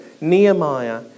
Nehemiah